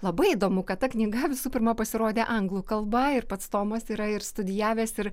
labai įdomu kad ta knyga visų pirma pasirodė anglų kalba ir pats tomas yra ir studijavęs ir